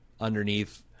underneath